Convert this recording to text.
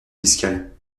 fiscales